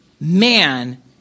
man